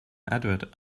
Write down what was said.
edward